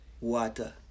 Water